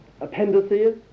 appendices